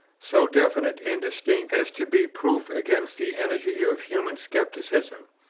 so definite and distinct as to be proof against the energy of human scepticism,